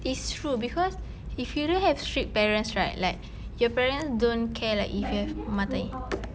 it's true because if you don't have strict parents right like your parents don't care like if you've matair